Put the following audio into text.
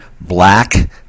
black